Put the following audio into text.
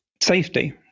safety